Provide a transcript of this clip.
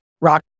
Rock